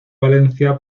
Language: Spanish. valencia